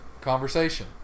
conversation